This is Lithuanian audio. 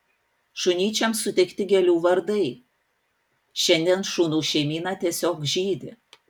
šunyčiams suteikti gėlių vardai šiandien šunų šeimyna tiesiog žydi